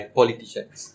politicians